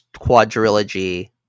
Quadrilogy